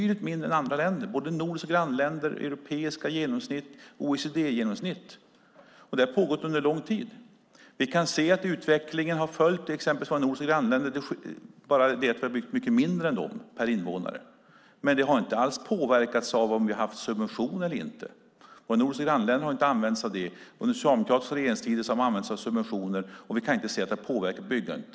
Det gäller jämfört med både nordiska grannländer, europeiska genomsnitt och OECD-genomsnittet. Det har pågått under lång tid. Vi kan se på utvecklingen jämfört med exempelvis våra nordiska grannländer. Vi har byggt mycket mindre än de per invånare. Men det har inte alls påverkats av om vi har haft subventioner eller inte. Våra nordiska grannländer har inte använt sig av det. Under socialdemokratisk regeringstid har man använt sig av subventioner, men vi kan inte se att det har påverkat byggandet.